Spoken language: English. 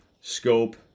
scope